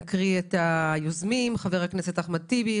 נקריא את היוזמים: חבר הכנסת אחמד טיבי,